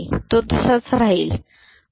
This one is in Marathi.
तो तसाच राहील